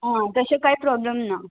आं तशें कांय प्रोब्लेम ना